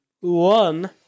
one